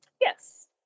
Yes